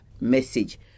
message